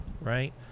right